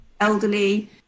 elderly